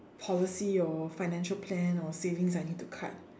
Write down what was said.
policy or financial plan or savings I need to cut